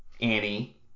Annie